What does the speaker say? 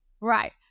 right